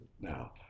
now